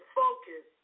focus